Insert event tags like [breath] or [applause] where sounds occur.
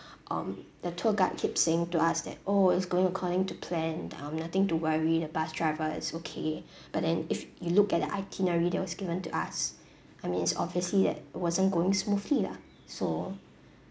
um the tour guide keep saying to us that oh it's going according to plan um nothing to worry the bus driver is okay [breath] but then if you look at the itinerary that was given to us I mean it's obviously that it wasn't going smoothly lah so